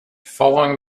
following